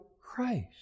Christ